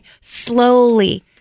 slowly